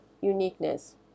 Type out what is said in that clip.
uniqueness